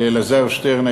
לאלעזר שטרן,